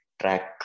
track